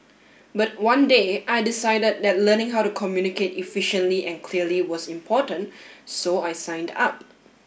but one day I decided that learning how to communicate efficiently and clearly was important so I signed up